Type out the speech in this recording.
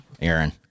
Aaron